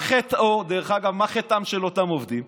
מה חטאם של אותם עובדים?